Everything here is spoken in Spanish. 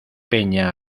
peña